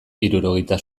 hirurogeita